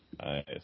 Nice